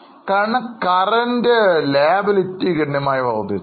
കാരണം അവരുടെ നിലവിലെ ബാധ്യതകൾ ഗണ്യമായി വർധിച്ചു